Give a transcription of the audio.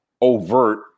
overt